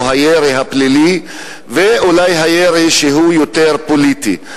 הירי הפלילי ואולי הירי שהוא יותר פוליטי,